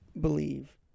believe